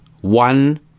one